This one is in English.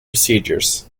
procedures